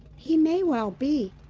he may well be.